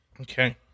Okay